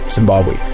Zimbabwe